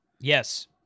Yes